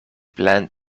bland